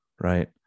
right